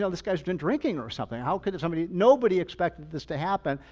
so this guy has been drinking or something. how could it somebody, nobody expected this to happen,